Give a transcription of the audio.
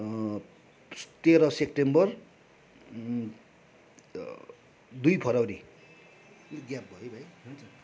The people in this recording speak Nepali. तेह्र सेप्टेम्बर दुई फेब्रुअरी अलिक ग्याप भयो है भाइ हुन्छ